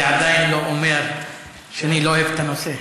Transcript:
זה עדיין לא אומר שאני לא אוהב את הנושא.